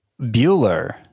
Bueller